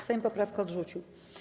Sejm poprawki odrzucił.